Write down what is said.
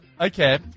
Okay